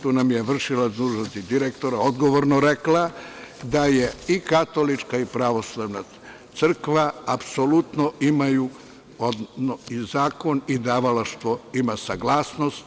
To nam je vršilac dužnosti direktora odgovorno rekla da je i katolička i pravoslavna crkva apsolutno imaju i zakon i davalaštvo ima saglasnost.